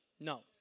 No